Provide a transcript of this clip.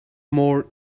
more